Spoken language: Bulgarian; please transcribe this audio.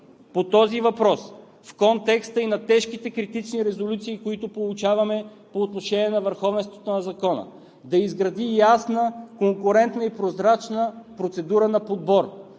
по този въпрос, в контекста и на тежките критични резолюции, които получаваме по отношение на върховенството на закона, да изгради ясна, конкурентна и прозрачна процедура на подбор.